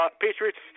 Patriots